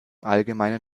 allgemeinen